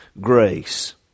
grace